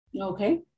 Okay